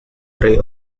array